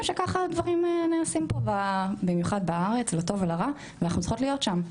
שככה הדברים נעשים פה במיוחד בארץ לטוב ולרע ואנחנו צריכות להיות שם,